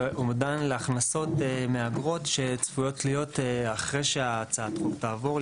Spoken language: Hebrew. ואומדן להכנסות מאגרות שצפויות להיות אחרי שהצעת החוק תעבור,